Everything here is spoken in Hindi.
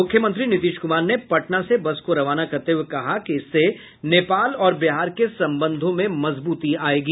मुख्यमंत्री नीतीश कुमार ने पटना से बस को रवाना करते हुए कहा कि इससे नेपाल और बिहार के संबंधों में मजबूती आयेगी